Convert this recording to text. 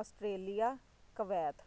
Australia Kuwait